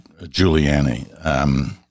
Giuliani